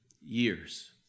years